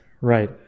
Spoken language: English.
Right